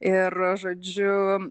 ir žodžiu